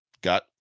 got